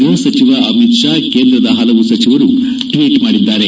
ಗೃಹ ಸಚಿವ ಅಮಿತ್ ಶಾ ಕೇಂದ್ರದ ಹಲವು ಸಚಿವರು ಟ್ನೀಟ್ ಮಾಡಿದ್ದಾರೆ